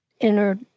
inner